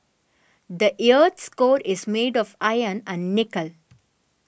the earth's core is made of iron and nickel